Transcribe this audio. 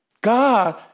God